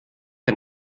ein